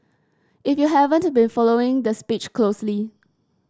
if you haven't been following the speech closely